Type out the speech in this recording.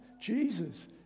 Jesus